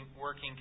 working